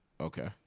Okay